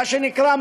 מה שנקרא,